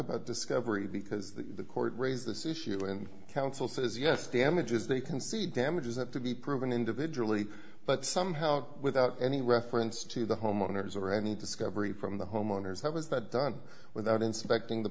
about discovery because the court raised this issue in council says yes damages they can see damages that to be proven individually but somehow without any reference to the homeowners or any discovery from the homeowners how was that done without inspecting the